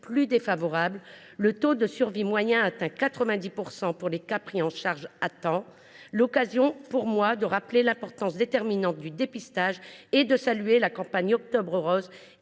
plus défavorables, le taux de survie moyen atteint 90 % pour les cas pris en charge à temps. C’est l’occasion pour moi de rappeler l’importance déterminante du dépistage et de saluer la campagne Octobre rose,